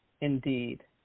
indeed